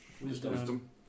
Wisdom